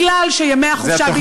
מפני שימי החופשה,